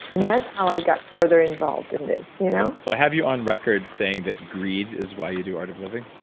and yeah that's how i got further involved in this you know so i have on record saying that greed is why you do art of living?